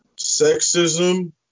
sexism